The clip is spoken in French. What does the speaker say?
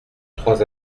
trois